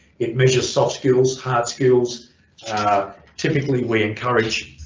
it measures soft skills, hard skills typically we encourage